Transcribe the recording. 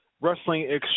wrestling